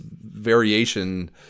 variation